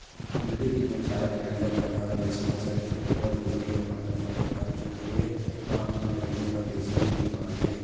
poultry के बेवसाय करइया मन ह देसी नसल के कुकरा कुकरी के पालन म धियान नइ देय गांव के मनखे मन देसी कुकरी पालथे